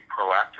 proactive